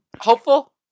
hopeful